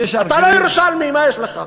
יש הר, אתה לא ירושלמי, מה יש לך.